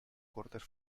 cortes